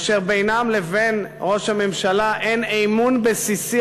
אשר בינם לבין ראש הממשלה אין אמון בסיסי,